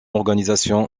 organisation